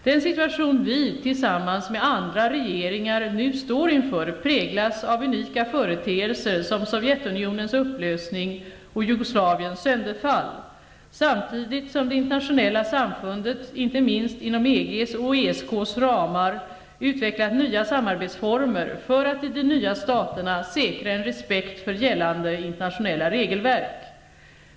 Den situation vi -- tillsammans med andra regeringar -- nu står inför präglas av unika företeelser som Sovjetunionens upplösning och Jugoslaviens sönderfall, samtidigt som det internationella samfundet, inte minst inom EG:s och ESK:s ramar, utvecklat nya samarbetsformer för att i de nya staterna säkra en respekt för gällande internationella regelverk.